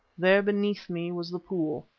there beneath me was the pool,